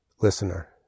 listener